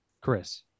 Chris